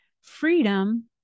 Freedom